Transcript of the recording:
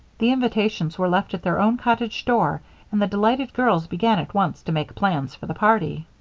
the invitations were left at their own cottage door and the delighted girls began at once to make plans for the party.